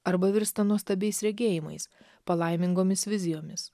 arba virsta nuostabiais regėjimais palaimingomis vizijomis